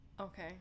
Okay